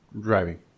driving